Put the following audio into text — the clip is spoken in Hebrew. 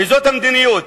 וזאת המדיניות,